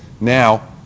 now